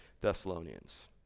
Thessalonians